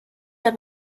der